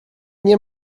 nie